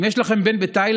אם יש לכם בן בתאילנד,